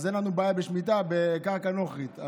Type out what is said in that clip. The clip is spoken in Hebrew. אין לנו בעיה בשמיטה בקרקע נוכרית,